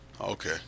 Okay